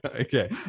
okay